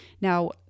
Now